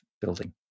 building